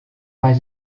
bei